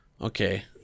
Okay